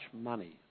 money